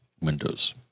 Windows